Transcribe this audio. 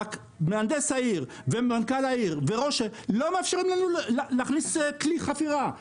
רק מהנדס העיר ומנכ"ל העיר וראש העיר לא מאפשרים לנו להכניס כלי חפירה,